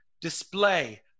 display